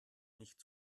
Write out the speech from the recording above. nicht